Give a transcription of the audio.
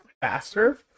faster